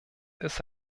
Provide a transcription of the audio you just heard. ist